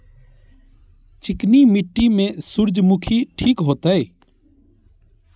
चिकनी मिट्टी में सूर्यमुखी ठीक होते?